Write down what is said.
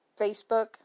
Facebook